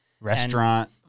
Restaurant